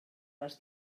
les